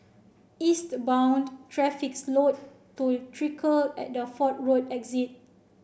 eastbound traffic slowed to trickle at the Fort Road exit